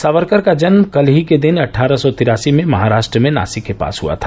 सावरकर का जन्म कल ही के दिन अट्ठारह सौ तिरासी में महाराष्ट्र में नासिक के पास हुआ था